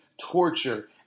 torture